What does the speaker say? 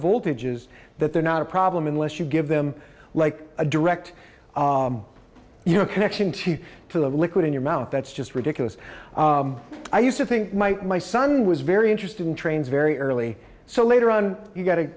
voltage is that they're not a problem unless you give them like a direct connection t to the liquid in your mouth that's just ridiculous i used to think my my son was very interested in trains very early so later on he got